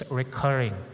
recurring